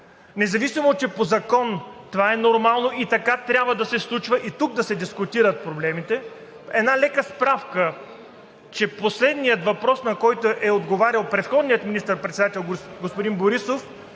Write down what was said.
Независимо че по закон това е нормално и така трябва да се случва и тук да се дискутират проблемите, една лека справка, че последният въпрос, на който е отговарял предходният министър-председател господин Борисов,